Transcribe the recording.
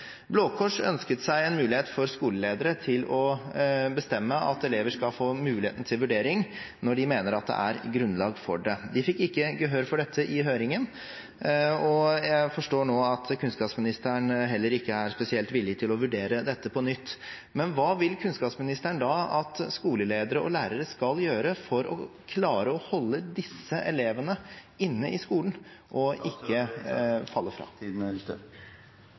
ønsket seg en mulighet for skoleledere til å bestemme at elever skal få mulighet til vurdering når de mener at det er grunnlag for det. De fikk ikke gehør for dette i høringen, og jeg forstår nå at kunnskapsministeren heller ikke er spesielt villig til å vurdere dette på nytt. Men hva vil kunnskapsministeren da at skoleledere og lærere skal gjøre for å klare å holde disse elevene på skolen, og at de ikke faller fra? Hvis en elev sliter med rusmisbruk eller